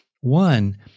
One